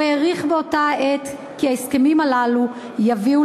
הוא העריך באותה העת כי ההסכמים הללו יביאו